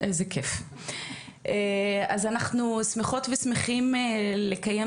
אז אנחנו שמחות ושמחים לקיים